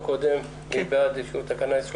מי בעד אישור תקנה 32?